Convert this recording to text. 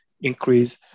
increase